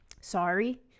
sorry